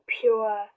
Pure